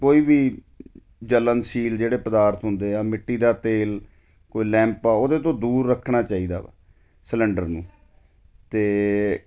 ਕੋਈ ਵੀ ਜਲਨਸ਼ੀਲ ਜਿਹੜੇ ਪਦਾਰਥ ਹੁੰਦੇ ਆ ਮਿੱਟੀ ਦਾ ਤੇਲ ਕੋਈ ਲੈਂਪ ਆ ਉਹਦੇ ਤੋਂ ਦੂਰ ਰੱਖਣਾ ਚਾਹੀਦਾ ਵਾ ਸਿਲਿੰਡਰ ਨੂੰ ਅਤੇ